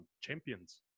Champions